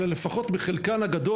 אלא לפחות בחלקן הגדול,